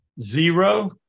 Zero